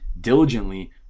diligently